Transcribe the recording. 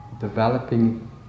developing